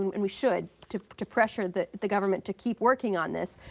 and we should, to to pressure the the government to keep working on this.